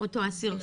אותו אסיר.